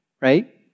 right